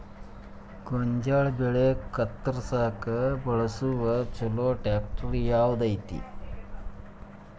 ಗೋಂಜಾಳ ಬೆಳೆ ಕತ್ರಸಾಕ್ ಬಳಸುವ ಛಲೋ ಟ್ರ್ಯಾಕ್ಟರ್ ಯಾವ್ದ್ ಐತಿ?